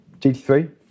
GT3